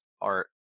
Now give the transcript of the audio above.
art